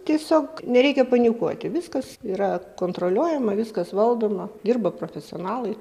tiesiog nereikia panikuoti viskas yra kontroliuojama viskas valdoma dirba profesionalai